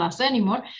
anymore